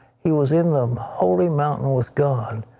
he was in them holding mountain with god.